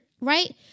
Right